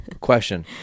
question